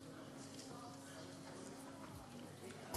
ואחריו, חברת הכנסת רוזין.